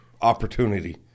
opportunity